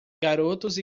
garotos